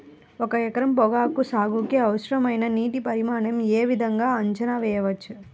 ఒక ఎకరం పొగాకు సాగుకి అవసరమైన నీటి పరిమాణం యే విధంగా అంచనా వేయవచ్చు?